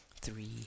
three